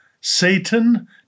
Satan